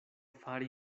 fari